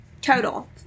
Total